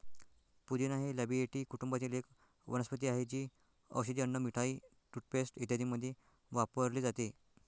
पुदिना हे लॅबिएटी कुटुंबातील एक वनस्पती आहे, जी औषधे, अन्न, मिठाई, टूथपेस्ट इत्यादींमध्ये वापरली जाते